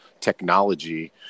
technology